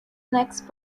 next